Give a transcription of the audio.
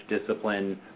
discipline